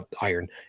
iron